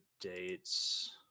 dates